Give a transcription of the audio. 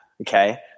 okay